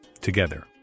together